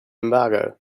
embargo